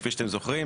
כפי שאתם זוכרים,